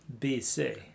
BC